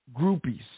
groupies